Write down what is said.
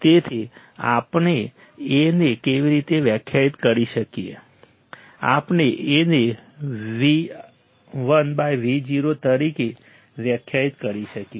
તેથી આપણે A ને કેવી રીતે વ્યાખ્યાયિત કરી શકીએ આપણે A ને Vi Vo તરીકે વ્યાખ્યાયિત કરી શકીએ